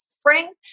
spring